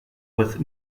with